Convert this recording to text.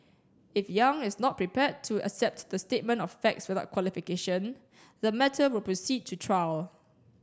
if Yang is not prepared to accept the statement of facts without qualification the matter will proceed to trial